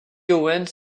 owens